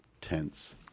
tense